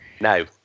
No